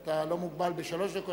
אתה לא מוגבל בשלוש דקות,